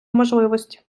можливості